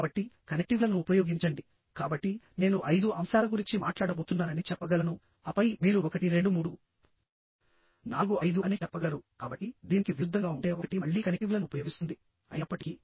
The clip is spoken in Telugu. కాబట్టి కనెక్టివ్లను ఉపయోగించండికాబట్టి నేను ఐదు అంశాల గురించి మాట్లాడబోతున్నానని చెప్పగలను ఆపై మీరు ఒకటి రెండు మూడు నాలుగు ఐదు అని చెప్పగలరుకాబట్టి దీనికి విరుద్ధంగా ఉంటే ఒకటి మళ్లీ కనెక్టివ్లను ఉపయోగిస్తుంది అయినప్పటికీ